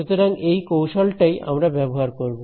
সুতরাং এই কৌশলটাই আমরা ব্যবহার করব